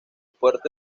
puerto